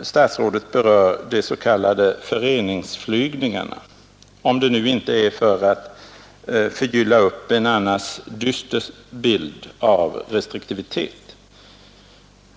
statsrådet berör de s.k. föreningsflygningarna, om det inte är för att förgylla upp en annars dyster bild av restriktivitet.